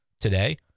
today